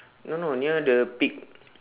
no no near the pig